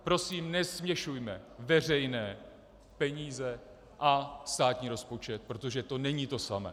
Prosím, nesměšujme veřejné peníze a státní rozpočet, protože to není to samé.